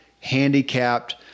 handicapped